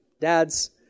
dads